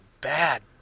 bad